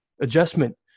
adjustment